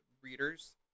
readers